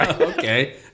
Okay